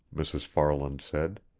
mrs. farland said.